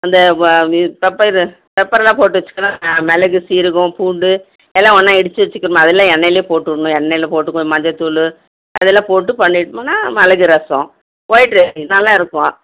அந்த வ மி பெப்பைரு பெப்பரெலாம் போட்டு வெச்சுக்கணும் மிளகு சீரகம் பூண்டு எல்லா ஒன்றா இடித்து வெச்சுக்கும் ம அதில் எண்ணெயிலே போட்டுடணும் எண்ணெயில் போட்டு கொஞ்சம் மஞ்சத்தூள் அதில் போட்டு பண்ணிட்மோனால் மிளகு ரசம் ஒயிட் ரைஸு நல்லாயிருக்கும்